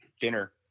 dinner